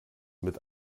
mit